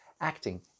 acting